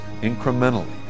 incrementally